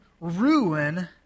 ruin